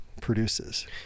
produces